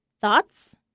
Thoughts